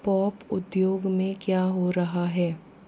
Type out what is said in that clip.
pop उद्योग में क्या हो रहा है